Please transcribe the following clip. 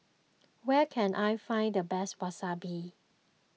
where can I find the best Wasabi